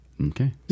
okay